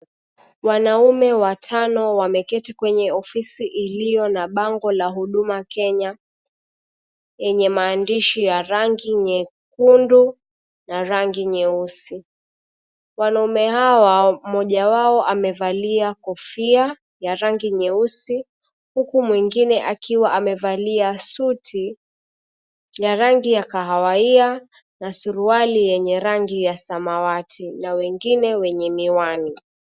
Wanaume watano ameketi kwenye ofisi iliyo na bango la Huduma Kenya, yenye maandishi ya rangi nyekundu na rangi nyeusi. Wanaume hawa, mmoja wao amevalia kofia ya rangi nyeusi, huku mwingine akiwa amevalia suti ya rangi ya kahawaia na suruali yenye rangi ya samawati na wengine wenye miwani.